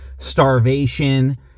starvation